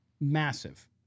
massive